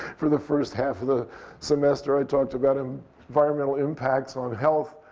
for the first half of the semester i talked about um environmental impacts on health.